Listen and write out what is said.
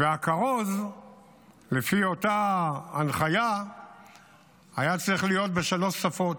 והכרוז לפי אותה הנחיה היה צריך להיות בשלוש שפות,